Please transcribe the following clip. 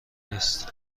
نیست